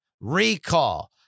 Recall